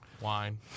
wine